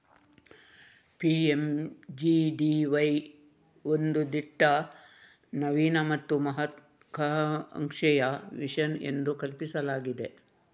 PMGDY ಒಂದು ದಿಟ್ಟ, ನವೀನ ಮತ್ತು ಮಹತ್ವಾಕಾಂಕ್ಷೆಯ ಮಿಷನ್ ಎಂದು ಕಲ್ಪಿಸಲಾಗಿದೆ